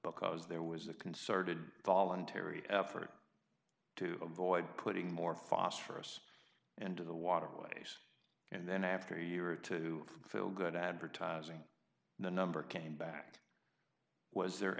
because there was a concerted voluntary effort to avoid putting more phosphorus into the water place and then after a year or two feel good advertising the number came back was there